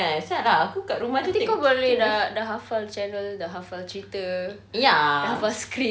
tapi kau boleh tak dah hafal channel dah hafal cerita dah hafal script